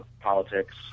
politics